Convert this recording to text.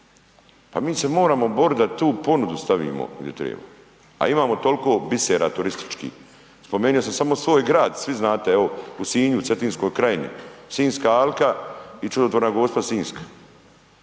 pa mi se moramo borit da tu ponudu stavi gdje treba, a imamo toliko bisera turističkih, spomenio sam samo svoj grad svi znate evo u Sinju u Cetinskoj krajini, Sinjska alka i čudotvorna Gospa Sinjska,